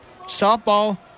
Softball